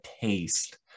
taste